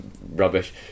rubbish